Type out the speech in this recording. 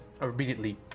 immediately